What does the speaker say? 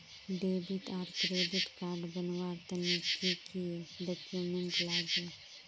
Debit आर credit card बनवार तने की की डॉक्यूमेंट लागे?